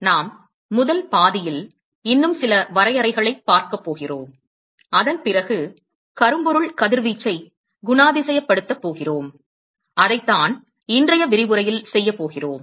நாம் முதல் பாதியில் இன்னும் சில வரையறைகளைப் பார்க்கப் போகிறோம் அதன் பிறகு கரும்பொருள் கதிர்வீச்சைக் குணாதிசயப்படுத்தப் போகிறோம் அதைத்தான் இன்றைய விரிவுரையில் செய்யப் போகிறோம்